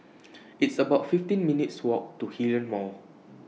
It's about fifteen minutes' Walk to Hillion Mall